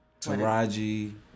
Taraji